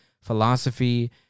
philosophy